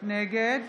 נגד